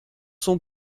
son